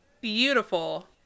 beautiful